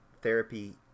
therapy